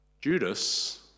Judas